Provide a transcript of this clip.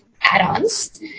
add-ons